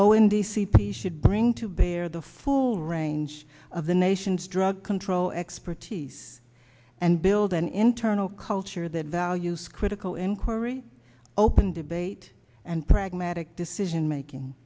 oh in the c p should bring to bear the full range of the nation's drug control expertise and build an internal culture that values critical inquiry open debate and pragmatic decision making